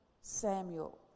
Samuel